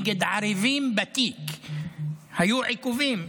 נגד הערבים בתיק היו עיכובים,